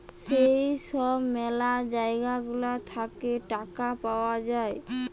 যেই সব ম্যালা জায়গা গুলা থাকে টাকা পাওয়া যায়